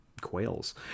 quails